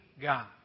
God